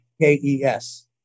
K-E-S